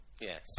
Yes